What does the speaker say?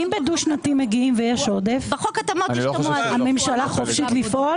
האם כשיש עודף הממשלה חופשית לפעול?